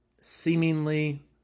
seemingly